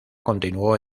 continuó